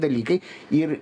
dalykai ir